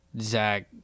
Zach